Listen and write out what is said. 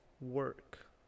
work